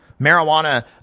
Marijuana